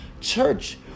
Church